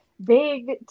big